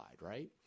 right